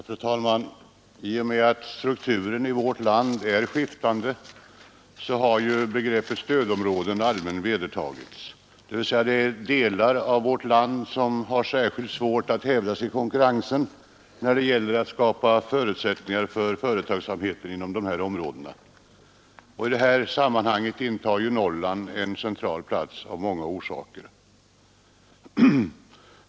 Fru talman! I och med att strukturen i vårt land är så skiftande har begreppet stödområden allmänt vedertagits — dvs. delar av vårt land som har svårt att hävda sig i konkurrensen när det gäller att skapa förutsättningar för företagsamhet. Norrland intar i detta sammahang av många orsaker en central plats.